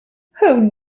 who